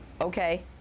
Okay